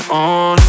on